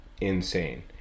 insane